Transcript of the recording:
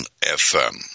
FM